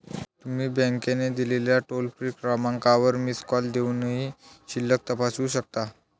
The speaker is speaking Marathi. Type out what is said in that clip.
तुम्ही बँकेने दिलेल्या टोल फ्री क्रमांकावर मिस कॉल देऊनही शिल्लक तपासू शकता